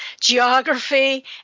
geography